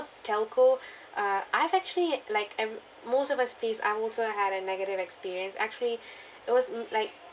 telco uh I've actually like ev~ most of us face I've also had a negative experience actually it was m~ like